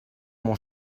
mon